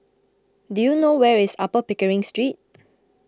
do you know where is Upper Pickering Street